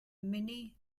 minnie